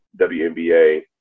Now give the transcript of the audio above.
WNBA